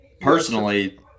Personally